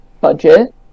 budget